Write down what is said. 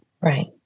Right